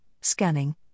scanning